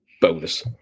bonus